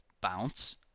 bounce